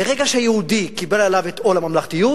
ברגע שהיהודי קיבל עליו את עול הממלכתיות,